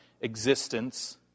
existence